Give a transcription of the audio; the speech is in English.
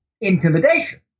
intimidation